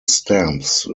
stamps